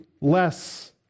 less